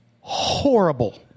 Horrible